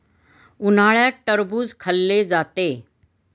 उन्हाळ्यात टरबूज खाल्ले जाते